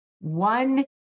one